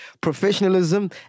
professionalism